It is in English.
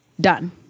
Done